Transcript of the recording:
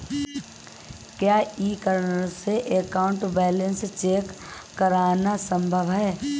क्या e corner से account balance check करना संभव है?